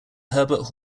herbert